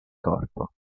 corpo